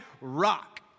rock